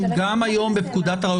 גם היום בפקודת הראיות